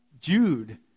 Jude